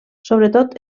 sobretot